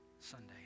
Sunday